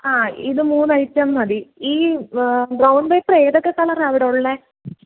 ആ ഇത് മൂന്നും അയച്ചാൽ മതി ഈ ബ്രൗൺ പേപ്പർ ഏതൊക്കെ കളറാ അവിടുള്ളത്